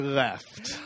left